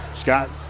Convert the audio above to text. Scott